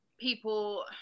people